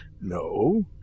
No